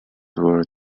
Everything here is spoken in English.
were